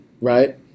Right